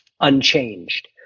unchanged